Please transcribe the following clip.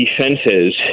defenses